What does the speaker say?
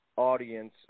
audience